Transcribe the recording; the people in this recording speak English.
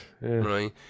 Right